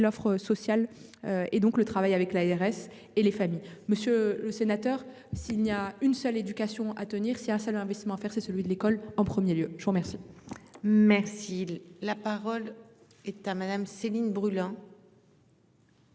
l'offre sociale. Et donc le travail avec l'ARS et les familles. Monsieur le sénateur. S'il n'y a une seule éducation à tenir si un seul investissement à faire, c'est celui de l'école en 1er lieu je vous remercie. Merci la parole est à madame Céline brûlant.